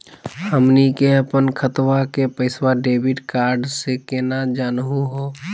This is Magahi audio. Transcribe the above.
हमनी के अपन खतवा के पैसवा डेबिट कार्ड से केना जानहु हो?